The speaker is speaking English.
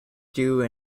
due